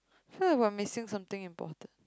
I feel like I'm missing something important